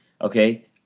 okay